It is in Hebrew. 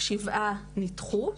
שבעה נדחו,